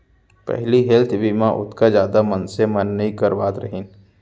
पहिली हेल्थ बीमा ओतका जादा मनसे मन नइ करवात रहिन